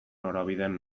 norabideen